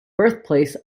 birthplace